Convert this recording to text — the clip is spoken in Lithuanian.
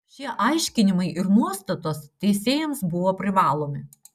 šie aiškinimai ir nuostatos teisėjams buvo privalomi